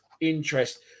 interest